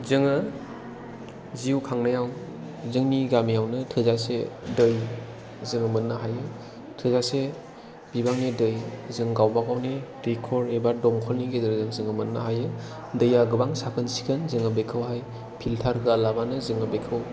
जोङो जिउ खांनायाव जोंनि गामियावनो थोजासे दै जोङो मोननो हायो थोजासे बिबांनि दैजों गावबागावनि दैखर एबा दंखलनि गेजेरजों जोङो मोननो हायो दैया गोबां साखोन सिखोन जोङो बेखौहाय फिल्टार होआलाबानो जोङो बेखौ